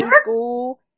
school